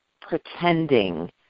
pretending